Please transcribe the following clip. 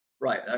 right